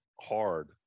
hard